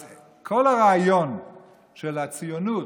אז כל הרעיון של הציונות,